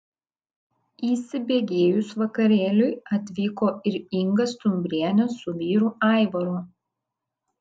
įsibėgėjus vakarėliui atvyko ir inga stumbrienė su vyru aivaru